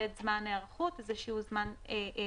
בתוכו גם את השינויים שנעשו בעקבות הניידות,